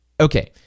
okay